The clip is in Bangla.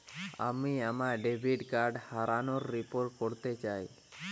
আমি আমার ডেবিট কার্ড হারানোর রিপোর্ট করতে চাই